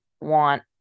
want